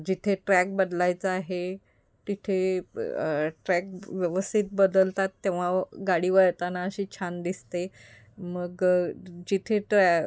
जिथे ट्रॅक बदलायचा आहे तिथे ट्रॅक व्यवस्थित बदलतात तेव्हा गाडी वळताना अशी छान दिसते मग जिथे ट्रॅ